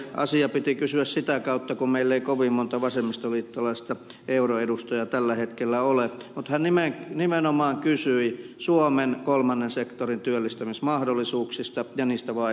asiaa piti kysyä sitä kautta kun meillä ei kovin monta vasemmistoliittolaista euroedustajaa tällä hetkellä ole mutta hän nimenomaan kysyi suomen kolmannen sektorin työllistämismahdollisuuksista ja niistä vaihtoehdoista